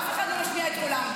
אף אחד לא משמיע את קולם.